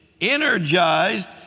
energized